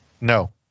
no